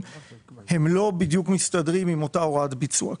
שלא בדיוק מסתדרים עם אותה הוראת ביצוע,